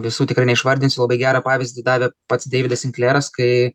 visų tikrai neišvardinsiu labai gerą pavyzdį davė pats deividas sinkleras kai